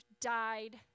died